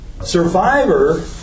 survivor